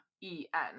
E-N